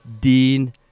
Dean